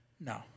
No